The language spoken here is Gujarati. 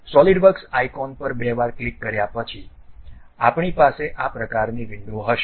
સોલિડવર્ક્સ આઇકોન પર બે વાર ક્લિક કર્યા પછી આપણી પાસે આ પ્રકારની વિન્ડો હશે